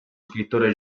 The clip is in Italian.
scrittore